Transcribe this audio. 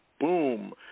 boom